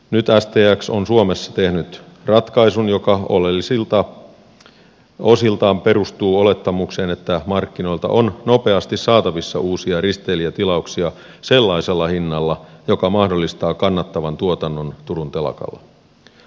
nyt stx on suomessa tehnyt ratkaisun joka oleellisilta osiltaan perustuu olettamukseen että markkinoilta on nopeasti saatavissa uusia risteilijätilauksia sellaisella hinnalla joka mahdollistaa kannattavan tuotannon turun telakalla